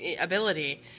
ability